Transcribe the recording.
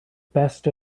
best